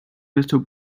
little